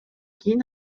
кийин